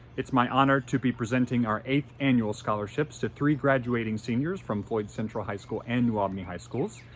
it's my honor to be presenting our eighth annual scholarships to three graduating seniors from floyd central high school and new albany high schools.